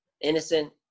Innocent